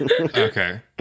Okay